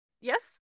Yes